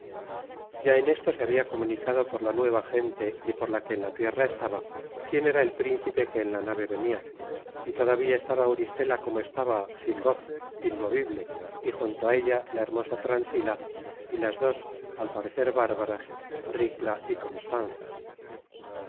ya en esto se habia comunicado por la nueva gente y por la que en la tierra estaba quién era el príncipe que en la nave venia y todavía estaba auristela como estaba sin voz inmovible y junto á ella la hermosa transila y las dos al parecer bárbaras ricla y constanza